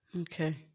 Okay